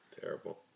Terrible